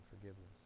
forgiveness